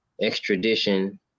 extradition